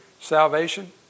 salvation